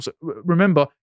Remember